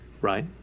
Right